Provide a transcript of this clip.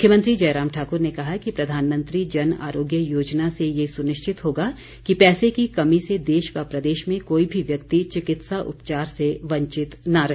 मुख्यमंत्री जयराम ठाकुर ने कहा कि प्रधानमंत्री जन आरोग्य योजना से ये सुनिश्चित होगा कि पैसे की कमी से देश व प्रदेश में कोई भी व्यक्ति चिकित्सा उपचार से वंचित न रहे